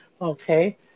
okay